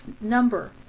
number